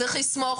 צריך לסמוך,